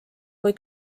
kui